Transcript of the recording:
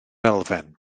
elfen